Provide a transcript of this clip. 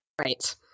Right